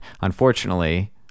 Unfortunately